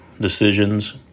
decisions